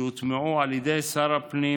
שהוטמעו על ידי שר הפנים